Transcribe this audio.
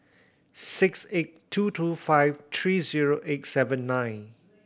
six eight two two five three zero eight seven nine